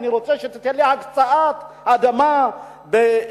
אני רוצה שתיתן לי הקצאת אדמה בהר-הרצל.